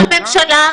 ראש הממשלה,